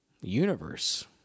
universe